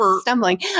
stumbling